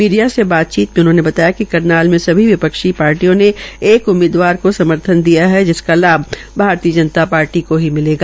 media से बातचीत में उन्होंने बताया कि करनाल में सभी विपक्षी पार्टियो ने एक उम्मीदवार को समर्थन दिया है जिनका लाभ भारतीय जनता पार्टी को ही मिलेगा